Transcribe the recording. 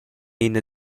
ina